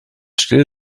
still